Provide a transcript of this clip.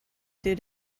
due